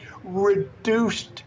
reduced